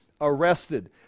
arrested